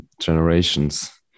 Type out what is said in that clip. generations